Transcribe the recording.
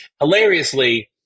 hilariously